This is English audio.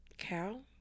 cow